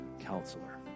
Counselor